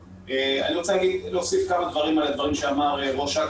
אני רוצה להוסיף כמה דברים על הדברים שאמר ראש אכ"א.